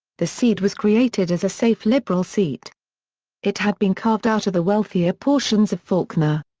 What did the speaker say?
the seat was created as a safe liberal seat it had been carved out of the wealthier portions of fawkner.